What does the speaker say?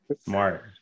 smart